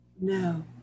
No